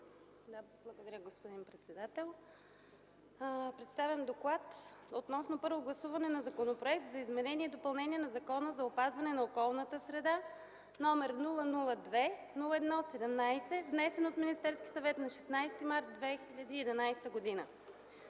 Благодаря, господин председател. Представям: „ДОКЛАД относно първо гласуване на Законопроект за изменение и допълнение на Закона за опазване на околната среда, № 002-01-17, внесен от Министерския съвет на 16 март 2011 г.